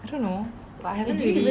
I don't know but I haven't really